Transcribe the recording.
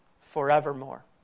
forevermore